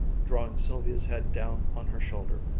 drawing sylvia's head down on her shoulder.